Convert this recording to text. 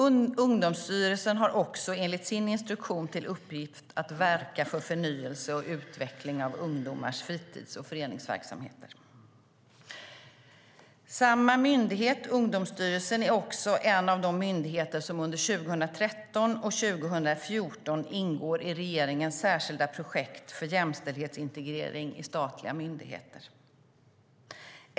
Även Ungdomsstyrelsen har enligt sin instruktion till uppgift att verka för förnyelse och utveckling av ungdomars fritids och föreningsverksamheter. Samma myndighet, Ungdomsstyrelsen, är en av de myndigheter som under 2013 och 2014 ingår i regeringens särskilda projekt för jämställdhetsintegrering i statliga myndigheter.